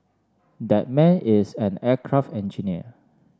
that man is an aircraft engineer